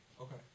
Okay